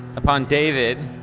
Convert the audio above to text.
upon david,